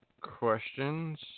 Questions